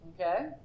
Okay